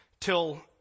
till